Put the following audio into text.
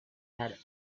had